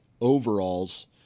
overalls